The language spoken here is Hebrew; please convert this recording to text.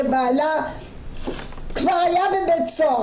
שבעלה כבר היה בבית סוהר,